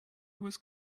was